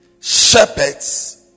shepherds